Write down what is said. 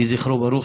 יהי זכרו ברוך.